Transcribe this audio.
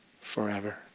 forever